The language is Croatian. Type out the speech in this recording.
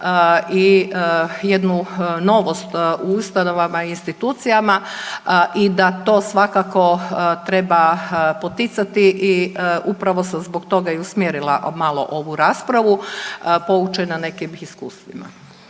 i jednu novost u ustanovama i institucijama i da to svakako treba poticati i upravo sam zbog toga i usmjerila malo ovu raspravu poučena nekim iskustvima.